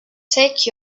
take